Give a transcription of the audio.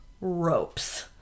ropes